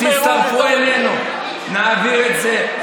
תצטרפו אלינו, נעביר את זה.